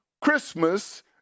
Christmas